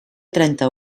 trenta